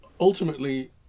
ultimately